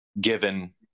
given